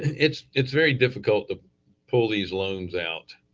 it's it's very difficult to pull these loans out